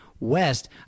west